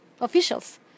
officials